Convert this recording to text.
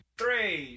three